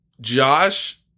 Josh